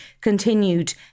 continued